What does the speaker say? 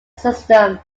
system